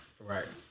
Right